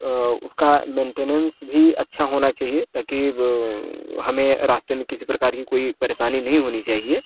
अ उसका मेंटेनेंस भी अच्छा होना चाहिए ताकि अ हमें रास्ते में किसी प्रकार की कोई परेशानी नहीं होनी चाहिए